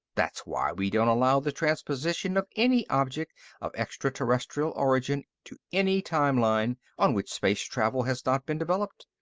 that's why we don't allow the transposition of any object of extraterrestrial origin to any time-line on which space travel has not been developed.